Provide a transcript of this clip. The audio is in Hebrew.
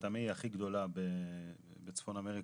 בת עמי היא הכי גדולה בצפון אמריקה.